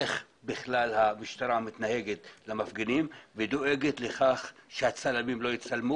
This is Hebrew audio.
איך בכלל המשטרה מתנהגת למפגינים ודואגת לכך שהצלמים לא יצלמו